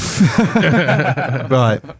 Right